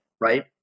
right